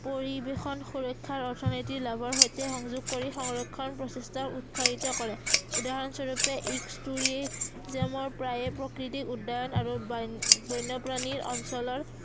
পৰিৱেশন সুৰক্ষাৰ অৰ্থনীতিৰ লাভৰ সৈতে সংযোগ কৰি সংৰক্ষণ প্ৰচেষ্টাৰ উৎসাহিত কৰে উদাহৰণস্বৰূপে প্ৰায়ে প্ৰকৃতিক উদ্যায়ন আৰু বান বন্যপ্ৰাণীৰ অঞ্চলৰ